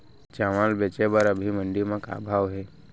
चांवल बेचे बर अभी मंडी म का भाव हे?